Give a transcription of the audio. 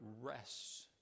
rests